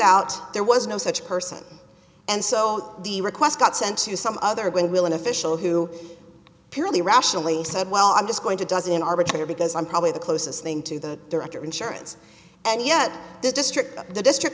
out there was no such person and so the request got sent to some other when will an official who purely rationally said well i'm just going to doesn't arbitrator because i'm probably the closest thing to the director of insurance and yet the district the district